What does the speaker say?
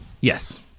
Yes